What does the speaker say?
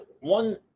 one